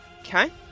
Okay